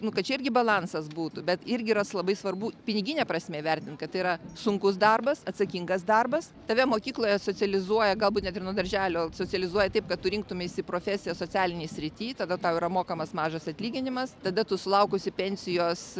nu kad čia irgi balansas būtų bet irgi ras labai svarbu pinigine prasme vertinti kad yra sunkus darbas atsakingas darbas tave mokykloje socializuoja galbūt net ir nuo darželio socializuoja taip kad tu rinktumeisi profesiją socialinėje srityje tada tau yra mokamas mažas atlyginimas tada tu sulaukusi pensijos